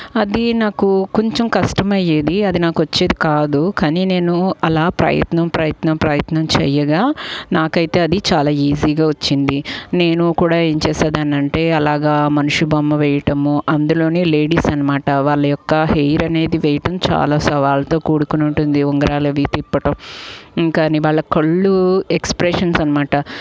అది నాకు కొంచెం కష్టం అయ్యేది అది నాకు వచ్చేది కాదు కానీ నేను అలా ప్రయత్నం ప్రయత్నం ప్రయత్నం చేయగా నాకైతే అది చాలా ఈజీగా వచ్చింది నేను కూడా ఏం చేసే దాన్ని అంటే అలాగా మనిషి బొమ్మ వేయటము అందులోనే లేడీస్ అన్నమాట వాళ్ళ యొక్క హెయిర్ అనేది వేయటం చాలా సవాళ్ళతో కూడుకుని ఉంటుంది ఉంగరాలు అవీ తిప్పటం ఇంకా వాళ్ళ కళ్ళు ఎక్స్ప్రెషన్స్ అన్నమాట